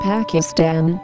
Pakistan